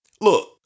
Look